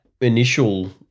initial